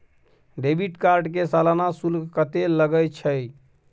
Debit card के सालाना शुल्क कत्ते लगे छै?